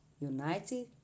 United